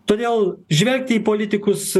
todėl žvelgti į politikus